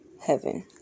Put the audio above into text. heaven